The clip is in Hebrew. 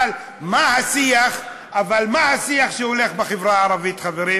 אבל מה השיח שהולך בחברה הערבית, חברים?